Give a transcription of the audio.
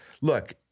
Look